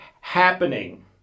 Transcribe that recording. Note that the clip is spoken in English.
happening